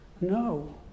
no